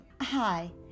Hi